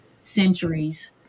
centuries